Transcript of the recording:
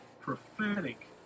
prophetic